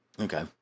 okay